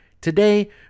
today